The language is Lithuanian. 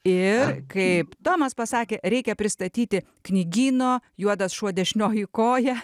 ir kaip tomas pasakė reikia pristatyti knygyno juodas šuo dešinioji koja